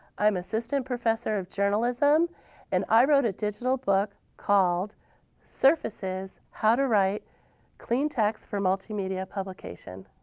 i'm assistant professor of journalism and i wrote a digital book called surfaces. how to write clean text for multimedia publication.